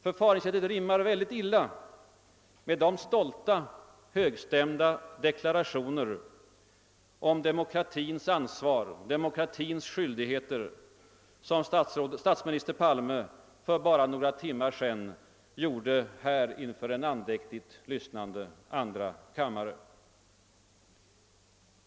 Förfaringssättet rimmar illa med de stolta och högstämda deklarationer om demokratins ansvar och skyldigheter som statsminister Palme för några timmar sedan gjorde in för en andäktigt lyssnande andra kammare.